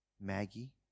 Maggie